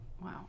Wow